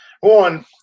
one